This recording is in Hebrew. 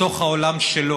בתוך העולם שלו.